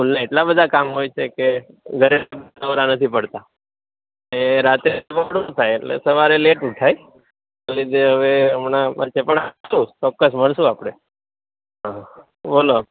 સ્કૂલના એટલાં બધાં કામ હોય છે કે ઘરે નવરા નથી પડતા એ રાત્રે મોડું થાય એટલે સવારે લેટ ઉઠાય હવે જે હવે હમણાં વચ્ચે ચોક્કસ મળશું આપણે હા બોલો